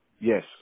Yes